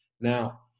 Now